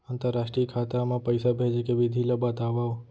अंतरराष्ट्रीय खाता मा पइसा भेजे के विधि ला बतावव?